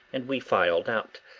and we filed out,